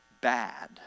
bad